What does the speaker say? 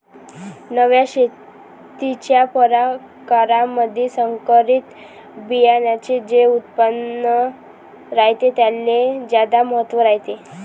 नव्या शेतीच्या परकारामंधी संकरित बियान्याचे जे उत्पादन रायते त्याले ज्यादा महत्त्व रायते